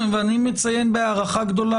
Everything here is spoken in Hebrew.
ואני מציין בהערכה גדולה,